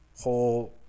whole